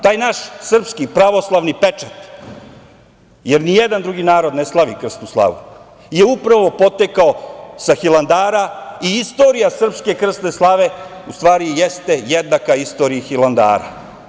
Taj naš srpski pravoslavni pečat, jer nijedan drugi narod ne slavi krsnu slavu, je upravo potekao sa Hilandara i istorija srpske krsne slave u stvari jeste jednaka istoriji Hilandara.